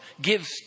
gives